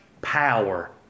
power